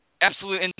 absolute